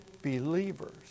Believers